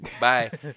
Bye